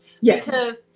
Yes